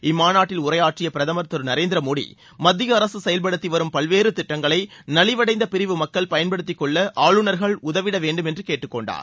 இம்மாநாட்டில் உரையாற்றிய பிரதமர் திரு நரேந்திர மோடி மத்திய அரசு செயல்படுத்திவரும் பல்வேறு திட்டங்களை நலிவடைந்த பிரிவு மக்கள் பயன்படுத்திக்கொள்ள ஆளுநர்கள் உதவிடவேண்டும் என்று கேட்டுக்கொண்டார்